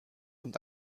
und